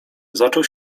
zaczął